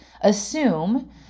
assume